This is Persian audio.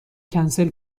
کنسل